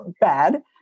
bad